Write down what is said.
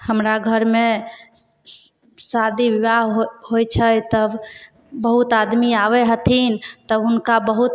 हमरा घरमे शादी विवाह हो होइ छै तब बहुत आदमी आबै हथिन तब हुनका बहुत